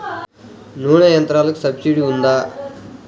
నూనె యంత్రాలకు సబ్సిడీ ఉందా?